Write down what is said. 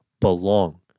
belong